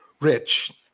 Rich